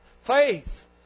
Faith